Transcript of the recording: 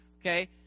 Okay